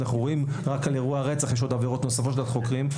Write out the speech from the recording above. אנחנו מדברים רק על אירוע רצח אבל יש עוד עבירות נוספות שאנחנו חוקרים.